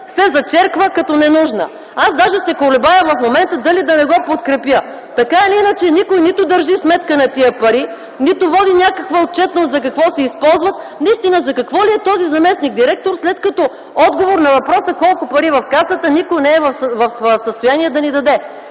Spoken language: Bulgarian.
се зачерква като ненужна. Аз даже в момента се колебая дали да не го подкрепя. Така или иначе никой нито държи сметка на тези пари, нито води някаква отчетност за какво се използват. Настина, за какво ни е този заместник-директор, след който отговор на въпроса колко пари има в Касата, никой не е в състояние да ни даде?